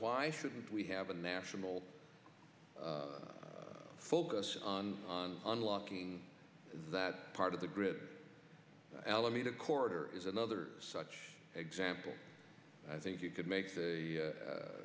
why shouldn't we have a national focus on on unlocking that part of the grid alameda corridor is another such example i think you could make the